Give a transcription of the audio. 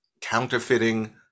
counterfeiting